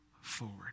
forward